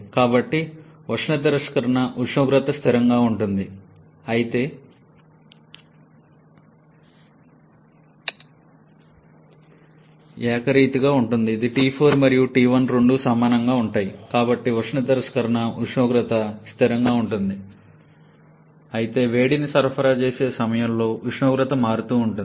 కాబట్టి ఉష్ణ తిరస్కరణ ఉష్ణోగ్రత స్థిరంగా ఉంటుంది అయితే వేడిని సరఫరా చేసే సమయంలో ఉష్ణోగ్రత మారుతూ ఉంటుంది